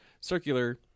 circular